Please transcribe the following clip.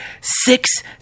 six